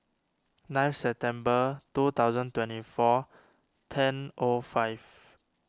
ninth September two thousand twenty four ten O five